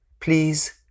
please